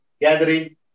gathering